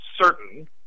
certain